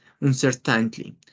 uncertainly